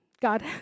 God